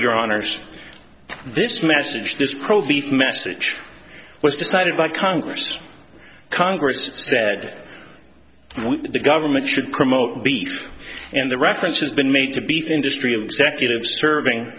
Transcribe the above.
your honour's this message this probate message was decided by congress congress said the government should promote beef and the reference has been made to beef industry executives serving